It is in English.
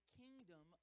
kingdom